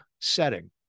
setting